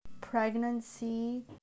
pregnancy